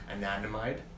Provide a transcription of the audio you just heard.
anandamide